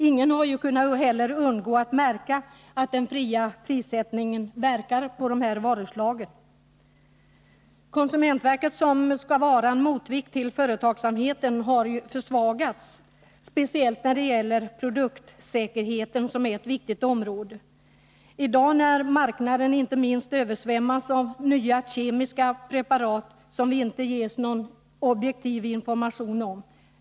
Ingen har heller kunnat undgå att märka att den fria prissättningen verkar på dessa varuslag. Konsumentverket, som skall vara en motvikt till företagsamheten, har försvagats. Det gäller speciellt i fråga om produktsäkerheten, som är ett viktigt område. Marknaden översvämmas i dag av nya kemiska preparat som vi inte ges någon objektiv information om.